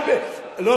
אם